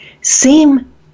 seem